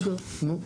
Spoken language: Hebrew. בסדר, נו.